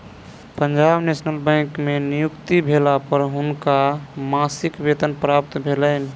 Punjab National Bank में नियुक्ति भेला पर हुनका मासिक वेतन प्राप्त भेलैन